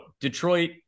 Detroit